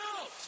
out